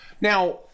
Now